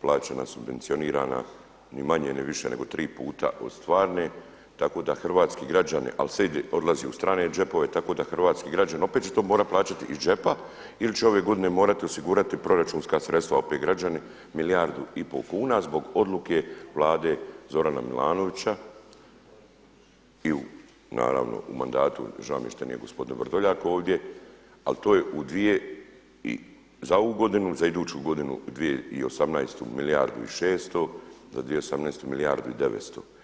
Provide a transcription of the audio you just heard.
plaćena, subvencionirana ni manje ni više nego 3 puta od stvarne tako da hrvatski građani, ali sve ide, odlazi u strane džepove tako da hrvatski građanin opet će to morati plaćati iz džepa ili će ove godine morati osigurati proračunska opet građani milijardu i pol kuna zbog odluke Vlade Zorana Milanovića i u naravno u mandatu, žao mi je što nije gospodin Vrdoljak ovdje ali to je u dvije, za ovu godinu i za iduću godinu 2018. milijardu i 600, za 2018. milijardu i 900.